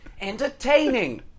entertaining